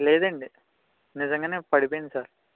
లేదండి నిజంగానే పడిపోయింది సార్